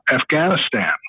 Afghanistan